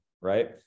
right